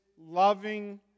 loving